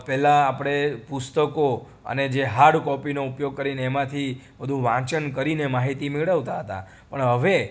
પહેલાં આપણે પુસ્તકો અને જે હાર્ડ કોપીનો ઉપયોગ કરીને એમાંથી બધું વાંચન કરીને માહિતી મેળવતા હતા પણ હવે